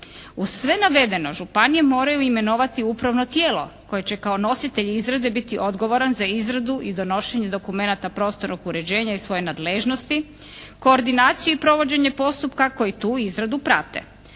Uz sve navedeno županije moraju imenovati Upravno tijelo koje će kao nositelj izrade biti odgovoran za izradu i donošenje dokumenata prostornog uređenja iz svoje nadležnosti, koordinaciju i provođenje postupka koji tu izradu prate.